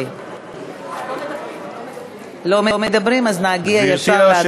אם לא מדברים, נגיע ישר להצבעה.